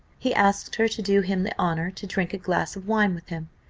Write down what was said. he asked her to do him the honour to drink a glass of wine with him.